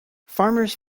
farmers